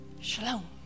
Shalom